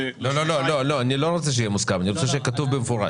אני רוצה שיהיה כתוב במפורש.